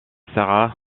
sara